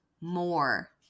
more